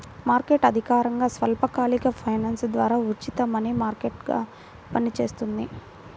market అధికారికంగా స్వల్పకాలిక finance ద్వారా ఉచిత మనీ మార్కెట్గా పనిచేస్తుంది